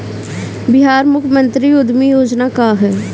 बिहार मुख्यमंत्री उद्यमी योजना का है?